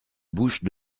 bouche